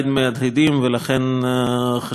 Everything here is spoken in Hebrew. ולכן חשוב שהוא מתקיים,